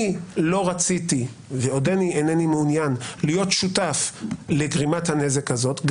אני לא רציתי ואינני מעוניין להיות שותף לגרימת הנזק הזאת.